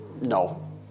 No